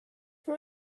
for